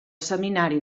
seminari